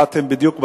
באתם בדיוק בזמן.